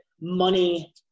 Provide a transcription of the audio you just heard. money